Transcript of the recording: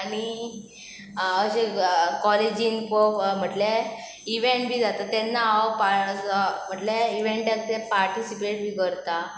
आनी अशें कॉलेजीन म्हटल्या इवेंट बी जाता तेन्ना हांव म्हटल्या इवेंटाक ते पार्टिसिपेट बी करता